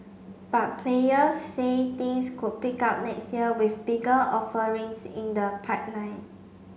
but players say things could pick up next year with bigger offerings in the pipeline